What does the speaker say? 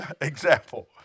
example